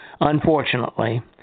unfortunately